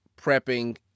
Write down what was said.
prepping